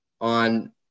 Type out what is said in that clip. on –